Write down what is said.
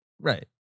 Right